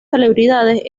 celebridades